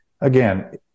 again